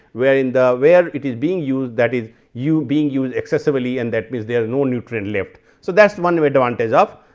where in the where it is being used that is you being used excessively and that means, there no nutrient left. so, that one advantage of